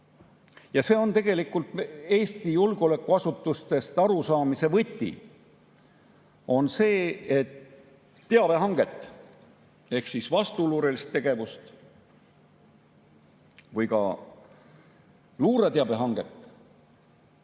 ja see on tegelikult Eesti julgeolekuasutustest arusaamise võti, on see, et teabehanget ehk vastuluurelist tegevust või ka luureteabehanget